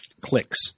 clicks